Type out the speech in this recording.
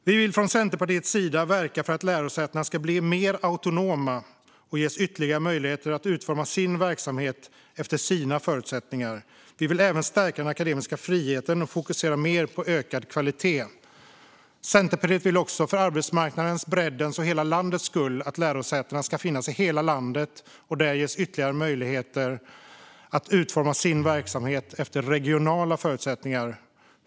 Vi vill från Centerpartiets sida verka för att lärosätena ska bli mer autonoma och ges ytterligare möjligheter att utforma sin verksamhet efter sina förutsättningar. Vi vill även stärka den akademiska friheten och fokusera mer på ökad kvalitet. Centerpartiet vill också för arbetsmarknadens, breddens och hela landets skull att lärosäten ska finnas i hela landet och där ges ytterligare möjligheter att utforma sin verksamhet efter regionala förutsättningar.